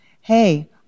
Hey